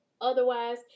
otherwise